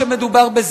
אבל אני לא חושב,